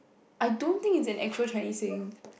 I don't think it is an actual Chinese saying